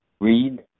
read